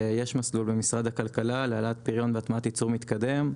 יש מסלול במשרד הכלכלה להעלאת פריון והטמעת ייצור מתקדם.